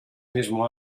mismo